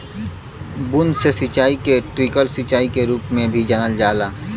बूंद से सिंचाई के ट्रिकल सिंचाई के रूप में भी जानल जाला